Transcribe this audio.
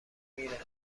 میره